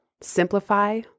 simplify